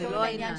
זה לא העניין.